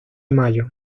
mayo